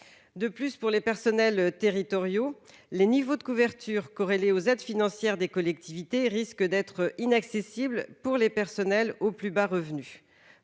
De plus, pour les personnels territoriaux, les niveaux de couverture, corrélés aux aides financières des collectivités, risquent d'être inaccessibles pour les personnels aux plus bas revenus.